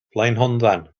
blaenhonddan